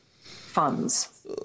funds